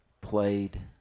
played